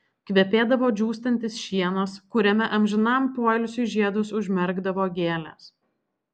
kvepėdavo džiūstantis šienas kuriame amžinam poilsiui žiedus užmerkdavo gėlės